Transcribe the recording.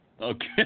Okay